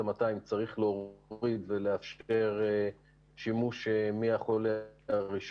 הבנתי מה ההבדל אם מעבירים מספר שקיבלתם, 4,000